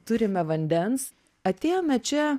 turime vandens atėjome čia